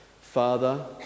Father